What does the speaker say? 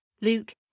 Luke